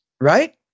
Right